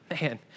man